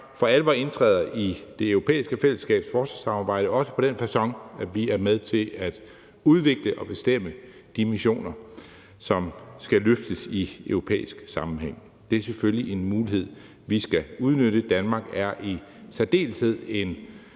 for alvor indtræder i Det Europæiske Fællesskabs forsvarssamarbejde, også på den facon, at vi er med til at udvikle og bestemme de missioner, som skal løftes i europæisk sammenhæng. Det er selvfølgelig en mulighed, vi skal udnytte. Danmark er i særdeleshed en